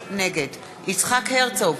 נגד יצחק הרצוג,